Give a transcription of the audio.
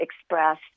express